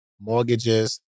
mortgages